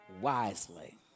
wisely